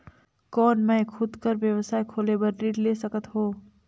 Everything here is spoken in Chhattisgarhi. कौन मैं खुद कर व्यवसाय खोले बर ऋण ले सकत हो?